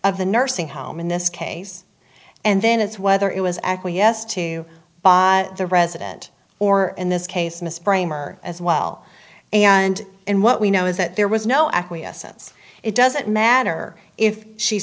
of the nursing home in this case and then it's whether it was acquiesced to by the resident or in this case mr brymer as well and and what we know is that there was no acquiescence it doesn't matter if she